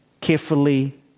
carefully